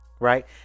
Right